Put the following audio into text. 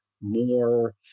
more